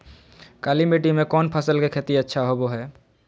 काली मिट्टी में कौन फसल के खेती अच्छा होबो है?